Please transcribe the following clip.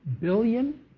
billion